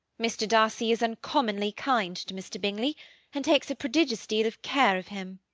mr. darcy is uncommonly kind to mr. bingley and takes a prodigious deal of care of him.